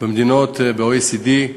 במדינות ה-OECD,